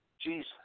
Jesus